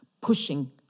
pushing